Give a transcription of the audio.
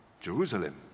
Jerusalem